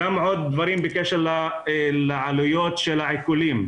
עוד דברים בקשר לעלויות של העיקולים.